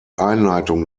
einleitung